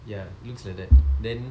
ya looks like that then